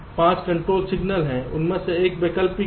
5 control signal हैं उनमें से एक वैकल्पिक है